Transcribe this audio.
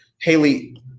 Haley